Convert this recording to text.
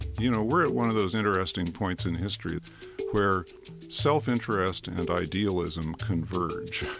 you know, we're at one of those interesting points in history where self-interest and idealism converge